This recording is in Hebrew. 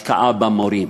השקעה במורים.